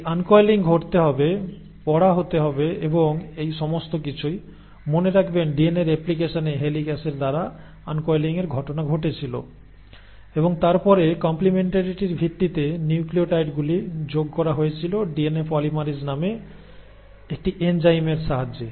এই আনকয়েলিং ঘটতে হবে পড়া হতে হবে এবং এই সমস্ত কিছুই মনে রাখবেন ডিএনএ রেপ্লিকেশনে হিলিক্যাসের দ্বারা আনকয়েলিংয়ের ঘটনা ঘটেছিল এবং তারপরে কম্প্লেমেন্টারিটির ভিত্তিতে নিউক্লিওটাইডগুলি যোগ করা হয়েছিল ডিএনএ পলিমেরেজ নামে একটি এনজাইমের সাহায্য